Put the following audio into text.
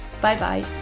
Bye-bye